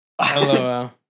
hello